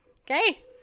Okay